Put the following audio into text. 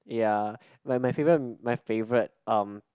ya like my favourite my favourite um